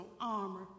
armor